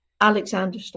Alexander